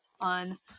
on